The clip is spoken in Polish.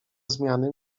zmiany